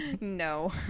No